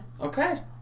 Okay